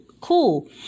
Cool